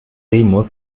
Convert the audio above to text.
remus